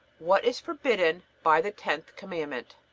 what is forbidden by the tenth commandment?